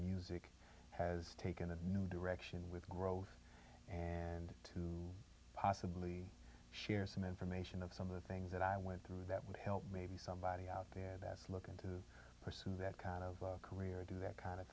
music has taken a new direction with growth and to possibly share some information of some of the things that i went through that would help maybe somebody out there that's looking to pursue that kind of career or do that kind of